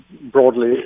broadly